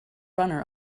runner